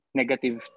negative